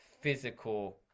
physical